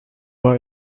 war